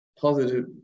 positive